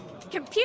Computer